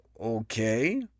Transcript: okay